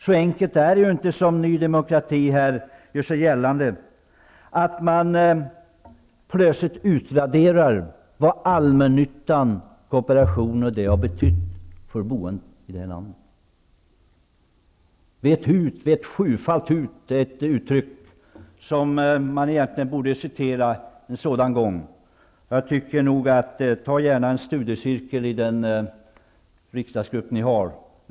Så enkelt är det inte, som Ny demokrati gör gällande, att man plötsligt utraderar vad allmännyttan, kooperationen och andra har betytt för boendet i detta land. ''Vet hut, vet sjufalt hut'' är ett uttryck som man egentligen borde citera en sådan här gång. Jag tycker nog att Ny demokratis riksdagsgrupp skall gå i en studiecirkel.